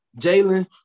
Jalen